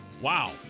wow